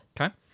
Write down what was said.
Okay